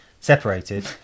separated